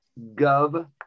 gov